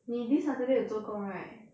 你 this saturday 有做工 right